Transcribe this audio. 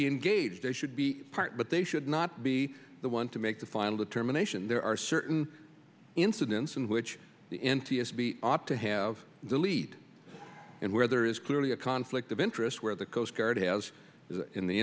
be engaged a should be part but they should not be the one to make the final determination there are certain incidents in which the n t s b ought to have the lead and where there is clearly a conflict of interest where the